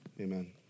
Amen